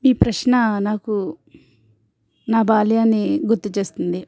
ఈ ప్రశ్న నాకు నా బాల్యాన్ని గుర్తు చేసింది